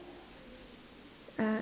uh